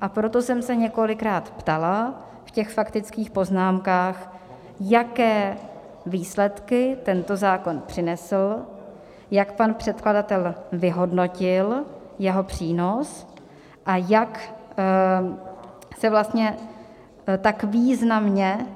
A proto jsem se několikrát ptala v těch faktických poznámkách, jaké výsledky tento zákon přinesl, jak pan předkladatel vyhodnotil jeho přínos a jak se vlastně tak významně